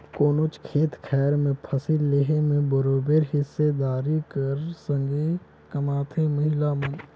कोनोच खेत खाएर में फसिल लेहे में बरोबेर हिस्सादारी कर संघे कमाथें महिला मन